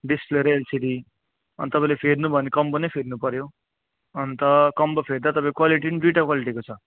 display र LCD अन्त तपाईँले फेर्नु भयो भने कम्बो नै फेर्नु पर्यो अन्त कम्बो फेर्दा तपाईँको क्वालिटी पनि दुइटा क्वालिटीको छ